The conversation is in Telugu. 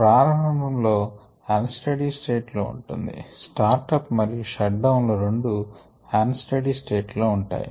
ప్రారంభము లో అన్ స్టెడీ స్టేట్ లో ఉంటుంది స్టార్ట్ అప్ మరియు షట్ డౌన్ లు రెండూ అన్ స్టెడీ స్టేట్ లో ఉంటాయి